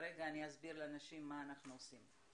אני אסביר לאנשים מה אנחנו עושים.